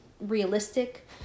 realistic